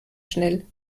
schnell